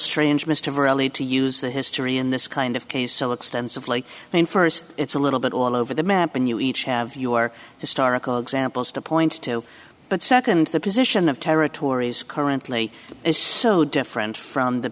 strange mr verily to use the history in this kind of case so extensively i mean st it's a little bit all over the map and you each have your historical examples to point to but nd the position of territories currently is so different from the